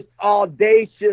audacious